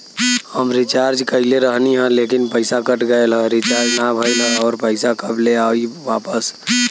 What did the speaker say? हम रीचार्ज कईले रहनी ह लेकिन पईसा कट गएल ह रीचार्ज ना भइल ह और पईसा कब ले आईवापस?